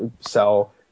sell